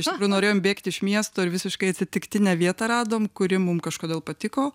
iš tikrųjų norėjom bėgti iš miesto ir visiškai atsitiktinę vietą radom kuri mum kažkodėl patiko